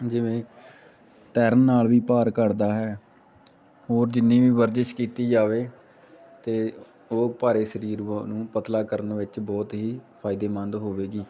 ਜਿਵੇਂ ਤੈਰਨ ਨਾਲ ਵੀ ਭਾਰ ਘੱਟਦਾ ਹੈ ਹੋਰ ਜਿੰਨੀ ਵੀ ਵਰਜਿਸ਼ ਕੀਤੀ ਜਾਵੇ ਅਤੇ ਉਹ ਭਾਰੇ ਸਰੀਰ ਨੂੰ ਪਤਲਾ ਕਰਨ ਵਿੱਚ ਬਹੁਤ ਹੀ ਫਾਇਦੇਮੰਦ ਹੋਵੇਗੀ